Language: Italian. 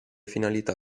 finalità